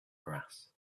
grass